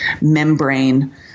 membrane